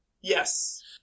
yes